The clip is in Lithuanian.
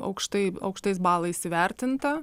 aukštai aukštais balais įvertinta